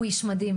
הוא איש מדהים,